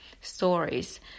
stories